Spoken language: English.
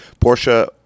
Porsche